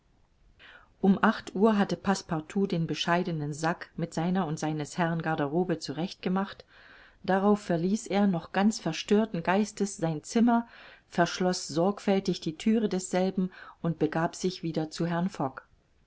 um acht uhr hatte passepartout den bescheidenen sack mit seiner und seines herrn garderobe zurecht gemacht darauf verließ er noch ganz verstörten geistes sein zimmer verschloß sorgfältig die thüre desselben und begab sich wieder zu herrn